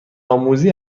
آموزی